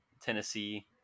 Tennessee